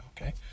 okay